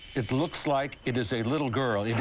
it looks like it is a little girl.